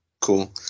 Cool